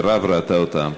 ומירב ראתה אותם,